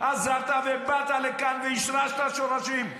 עזבת ובאת לכאן והשרשת שורשים.